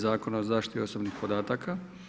Zakona o zaštiti osobnih podataka.